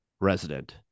resident